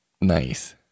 Nice